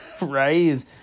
right